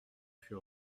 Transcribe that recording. fut